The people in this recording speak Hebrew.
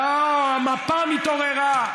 אהה, מפ"ם התעוררה.